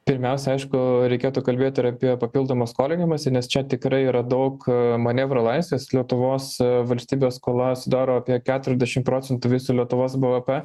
pirmiausia aišku reikėtų kalbėt ir apie papildomą skolinimąsi nes čia tikrai yra daug manevro laisvės lietuvos valstybės skola sudaro apie keturiasdešim procentų viso lietuvos bvp